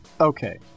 Okay